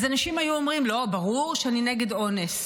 אז אנשים היו אומרים: לא, ברור שאני נגד אונס.